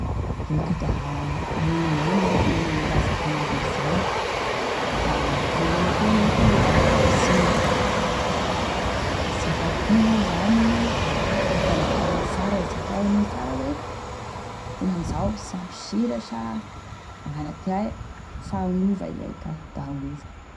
Eka da regninay moa ke raha zakainareo zany, da voalohane teny eky aloha da miala signy rô, sy afa po moa zany, afaka amboarigny sara, zakay anay sara hoe ha ankonan'izao, sy ampy sira sa da magnano ankognaia fa hagnova iay ka, da hagnova.